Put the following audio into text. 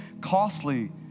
costly